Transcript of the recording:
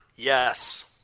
Yes